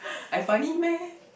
I funny meh